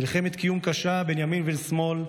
מלחמת קיום קשה בין ימין ושמאל,